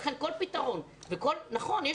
נכון,